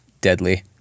deadly